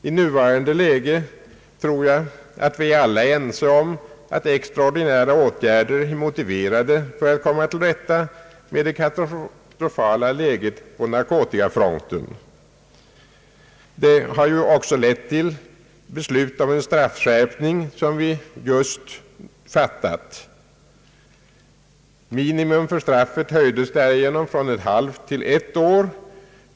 I nuvarande läge tror jag att vi alla är överens om att extraordinära åtgärder är motiverade för att komma till rätta med det katastrofala läget på narkotikafronten. Vi har ju också för en kort stund sedan fattat beslut om en straffskärpning på detta område. Minimum för straffet höjdes därigenom från ett halvt till ett år.